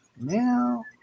now